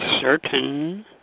Certain